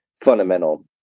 fundamental